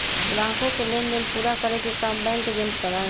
ग्राहकों के लेन देन पूरा करे के काम बैंक एजेंट करा हई